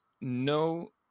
no